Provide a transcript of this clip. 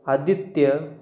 Aditya